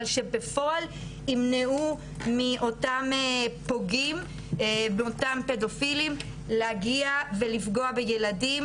אבל שבפועל ימנעו מאותם פוגעים ואותם פדופילים להגיע ולפגוע בילדים,